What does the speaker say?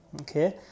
Okay